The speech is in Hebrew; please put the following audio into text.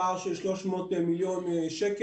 פער של 300 מיליון שקלים,